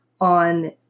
on